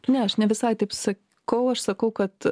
ne aš ne visai taip sakau aš sakau kad